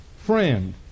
friend